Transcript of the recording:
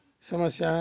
समस्याएँ